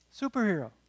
superhero